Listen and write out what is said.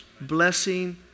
blessing